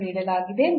ಅನ್ನು ನೀಡಲಾಗಿದೆ